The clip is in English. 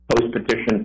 post-petition